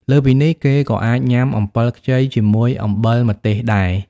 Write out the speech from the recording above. លើសពីនេះ គេក៏អាចញាំអំពិលខ្ចីជាមួយអំបិលម្ទេសដែរ។